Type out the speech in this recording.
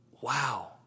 wow